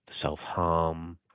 self-harm